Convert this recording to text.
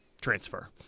transfer